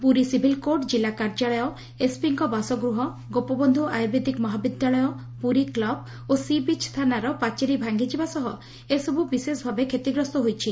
Puri civil court ଜିଲ୍ଲା କାର୍ଯ୍ୟାଳୟ ଏସ୍ପିଙ୍କ ବାସଗୃହ ଗୋପବନ୍ଧୁ ଆୟୁର୍ବେଦିକ୍ ମହାବିଦ୍ୟାଳୟ ପୁରୀ କ୍ଲବ୍ ଓ ସିବିଚ୍ ଥାନାର ପାଚେରୀ ଭାଙ୍ଗିଯିବା ସହ ଏହିସବୁ ବିଶେଷ ଭାବେ ଷତିଗ୍ରସ୍ତ ହୋଇଛି